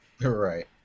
right